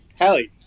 Hallie